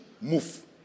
move